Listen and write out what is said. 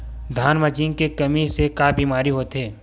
धान म जिंक के कमी से का बीमारी होथे?